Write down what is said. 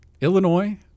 Illinois